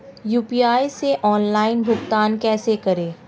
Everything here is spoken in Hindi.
यू.पी.आई से ऑनलाइन भुगतान कैसे करें?